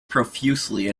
profusely